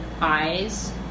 eyes